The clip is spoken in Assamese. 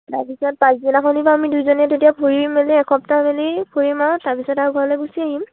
তাৰপিছত পাঁচদিনাখনিপা আমি দুইজনীয়ে তেতিয়া ফুৰিম মেলি এসপ্তাহ মেলি ফুৰিম আৰু ঘৰলে গুচি আহিম